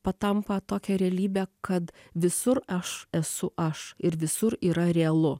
patampa tokią realybe kad visur aš esu aš ir visur yra realu